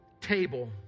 table